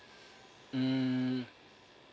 mm